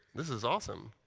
this is awesome.